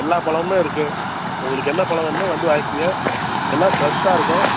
எல்லா பழமுமே இருக்குது உங்களுக்கு என்ன பழம் வேணுமோ வந்து வாங்கிக்கோங்க எல்லாம் ஃப்ரெஷ்ஷாக இருக்கும்